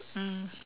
mm